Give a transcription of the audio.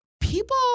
people